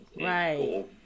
right